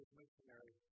missionary